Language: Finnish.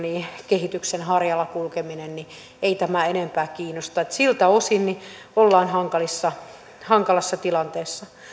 kehityksen harjalla kulkeminen ei tämän enempää kiinnosta siltä osin ollaan hankalassa hankalassa tilanteessa